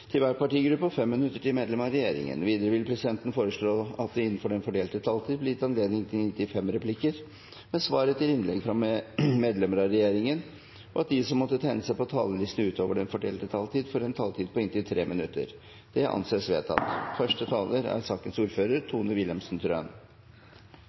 til 5 minutter til hver partigruppe og 5 minutter til medlemmer av regjeringen. Videre vil presidenten foreslå at det blir gitt anledning til inntil fem replikker med svar etter innlegg fra medlemmer av regjeringen innenfor den fordelte taletid, og at de som måtte tegne seg på talerlisten utover den fordelte taletid, får en taletid på inntil 3 minutter. – Det anses vedtatt.